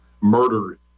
murdered